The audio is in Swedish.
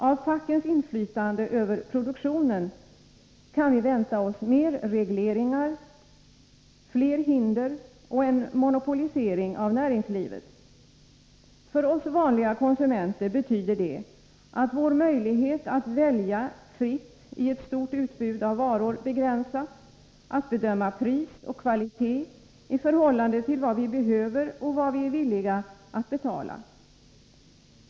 Av fackens inflytande över produktionen kan vi vänta oss mer regleringar, fler hinder och en monopolisering av näringslivet. För oss vanliga konsumenter betyder det, att vår möjlighet att välja fritt i ett stort utbud av varor begränsas — att bedöma pris och kvalitet i förhållande till vad vi behöver och vad vi är villiga att betala.